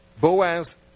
Boaz